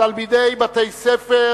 תלמידי בתי-ספר